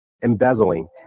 embezzling